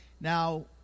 Now